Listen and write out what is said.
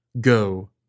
Go